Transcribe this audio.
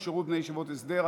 שירות בני ישיבות הסדר),